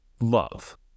love